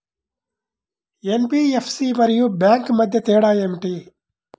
NBFC మరియు bank మధ్య తేడా ఏమిటి?